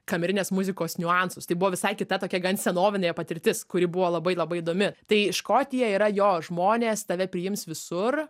kamerinės muzikos niuansus tai buvo visai kita tokia gan senovinė patirtis kuri buvo labai labai įdomi tai škotija yra jo žmonės tave priims visur